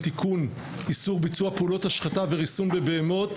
(תיקון איסור ביצוע פעולות השחתה וריסון בבהמות),